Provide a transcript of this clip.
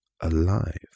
alive